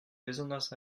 bezonas